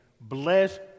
bless